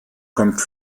kommt